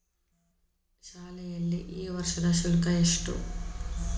ಶಾಲೆಯಲ್ಲಿ ಈ ವರ್ಷದ ಶುಲ್ಕ ಎಷ್ಟು?